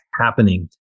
happening